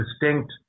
distinct